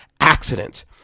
accident